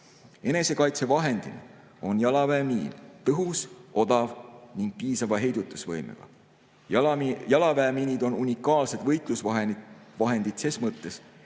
kaitsevõimet. Enesekaitsevahendina on jalaväemiin tõhus, odav ning piisava heidutusvõimega. Jalaväemiinid on unikaalsed võitlusvahendid selles mõttes,